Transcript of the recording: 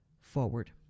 forward